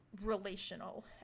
relational